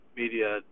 media